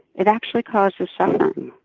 it actually causes suffering.